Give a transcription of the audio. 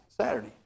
Saturday